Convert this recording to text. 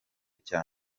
cya